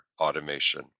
automation